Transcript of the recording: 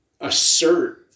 assert